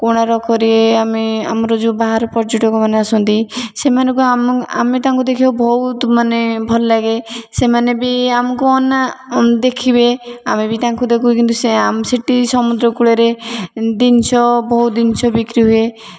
କୋଣାର୍କରେ ଆମେ ଆମର ଯେଉଁ ବାହାର ପର୍ଯ୍ୟଟକ ମାନେ ଆସନ୍ତି ସେମାନଙ୍କୁ ଆମେ ତାଙ୍କୁ ଦେଖିଆକୁ ବହୁତ ମାନେ ଭଲ ଲାଗେ ସେମାନେ ବି ଆମକୁ ଅନା ଦେଖିବେ ଆମେ ବି ତାଙ୍କୁ ଦେଖୁ କିନ୍ତୁ ସେଠି ସମୁଦ୍ରକୂଳରେ ଜିନିଷ ବହୁତ ଜିନିଷ ବିକ୍ରି ହୁଏ